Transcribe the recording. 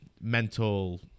mental